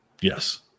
yes